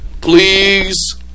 Please